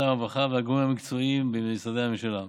שר הרווחה והגורמים המקצועיים במשרדי הממשלה.